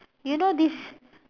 you know this